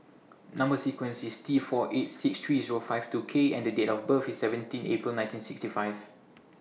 Number sequence IS T four eight six three O five two K and Date of birth IS seventeen April nineteen sixty five